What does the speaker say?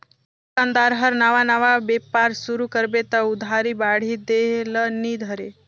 थोक दोकानदार हर नावा नावा बेपार सुरू करबे त उधारी बाड़ही देह ल नी धरे